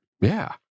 Yeah